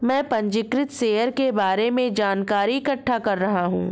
मैं पंजीकृत शेयर के बारे में जानकारी इकट्ठा कर रहा हूँ